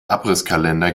abrisskalender